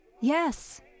Yes